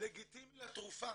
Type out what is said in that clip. לגיטימי לתרופה.